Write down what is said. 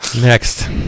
Next